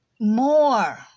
more